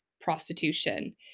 prostitution